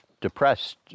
depressed